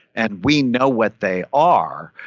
and we know what they are.